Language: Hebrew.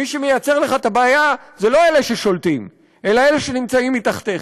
מי שיוצר לך את הבעיה אלו לא אלה ששולטים אלא אלה שנמצאים מתחתיך.